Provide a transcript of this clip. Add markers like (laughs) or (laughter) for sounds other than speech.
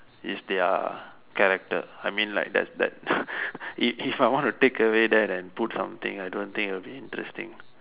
is their character I mean like that's that's (laughs) if if I want to take away that and put something I don't think it would be interesting